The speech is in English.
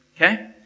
okay